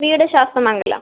വീട് ശാസ്തമംഗലം